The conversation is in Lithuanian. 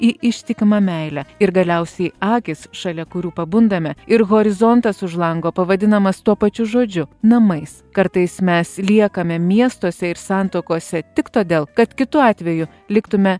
į ištikimą meilę ir galiausiai akys šalia kurių pabundame ir horizontas už lango pavadinamas tuo pačiu žodžiu namais kartais mes liekame miestuose ir santuokose tik todėl kad kitu atveju liktume